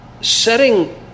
setting